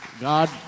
God